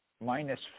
minus